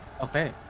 Okay